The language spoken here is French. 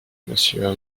monsieur